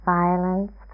violence